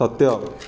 ସତ୍ୟ